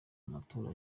amatora